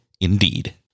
Indeed